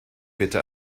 bitte